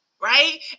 right